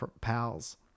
pals